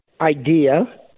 idea